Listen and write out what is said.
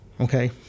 okay